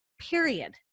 Period